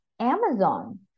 Amazon